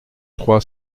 trois